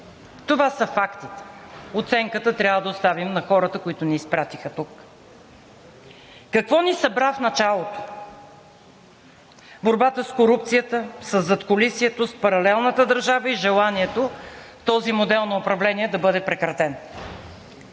Това са фактите. Оценката трябва да оставим на хората, които ни изпратиха тук. Какво ни събра в началото? Борбата с корупцията, със задкулисието, с паралелната държава и желанието този модел на управление да бъде прекратен.